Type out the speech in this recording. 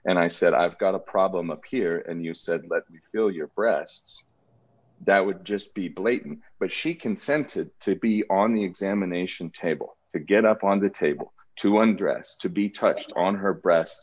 and i said i've got a problem up here and you said let me feel your breasts that would just be blatant but she consented to be on the examination table to get up on the table to one dress to be touched on her breast